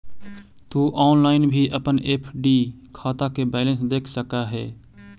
तु ऑनलाइन भी अपन एफ.डी खाता के बैलेंस देख सकऽ हे